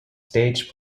stage